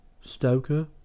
Stoker